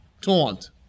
taunt